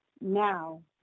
now